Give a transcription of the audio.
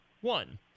one